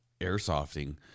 airsofting